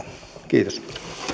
kiitos